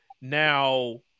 now